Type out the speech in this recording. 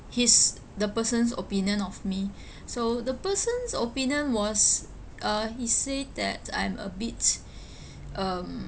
his the person's opinion of me so the person's opinion was uh he say that I'm a bit um